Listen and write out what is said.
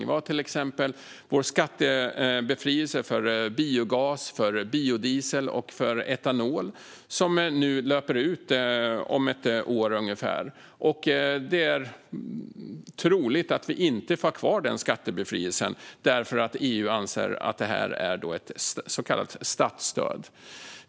Vi har till exempel vår skattebefrielse för biogas, biodiesel och etanol, som löper ut om ungefär ett år. Det är troligt att vi inte får ha kvar denna skattebefrielse därför att EU anser att det är ett så kallat statsstöd.